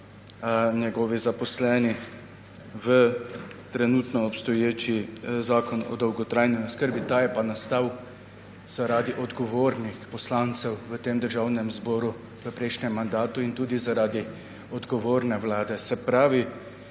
njegovi zaposleni v trenutno obstoječi zakon o dolgotrajni oskrbi. Ta je pa nastal zaradi odgovornih poslancev v tem državnem zboru v prejšnjem mandatu in tudi zaradi odgovorne vlade. Se pravi,